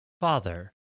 Father